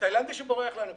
תאילנדי שבורח לנו.